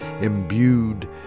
imbued